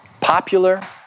popular